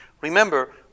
Remember